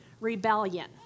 rebellion